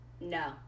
No